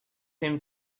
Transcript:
him